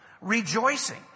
rejoicing